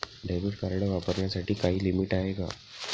Debit card वापरण्यासाठी काही limit आहे का?